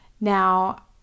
Now